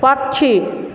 पक्षी